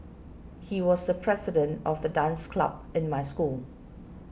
he was the president of the dance club in my school